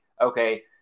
okay